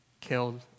killed